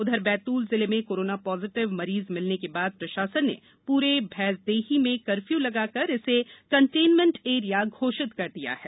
उधर बैतूल जिले में कोरोना पॉजीटिव मरीज मिलने के बाद प्रशासन ने पूरे भैसदेही में कर्फ्यू लगाकर इसे कन्टेनमेंट एरिया घोषित कर दिया है